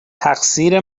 تقصیر